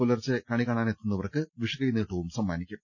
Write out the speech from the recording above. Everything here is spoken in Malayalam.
പുലർച്ചെ കണി കാണാനെ ത്തുന്നവർക്ക് വുഷുക്കൈനീട്ടവും സമ്മാനിക്കും